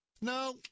No